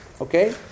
Okay